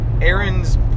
Aaron's